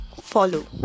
follow